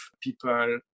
people